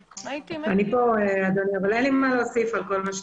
אני כאן אדוני אבל אין לי מה להוסיף על כל מה שנאמר.